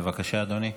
בבקשה, אדוני.